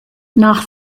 nach